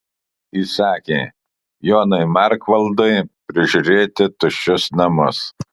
įsakė jonui markvaldui prižiūrėti tuščius namus